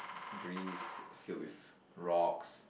grease filled with rocks